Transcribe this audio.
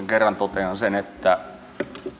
kerran totean sen että